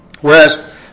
whereas